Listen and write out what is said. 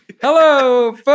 Hello